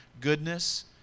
goodness